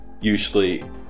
usually